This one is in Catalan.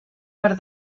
per